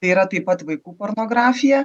tai yra taip pat vaikų pornografija